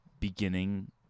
beginning